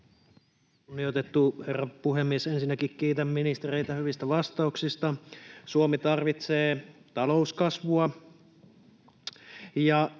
Kunnioitettu herra puhemies! Ensinnäkin kiitän ministereitä hyvistä vastauksista. Suomi tarvitsee talouskasvua,